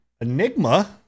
Enigma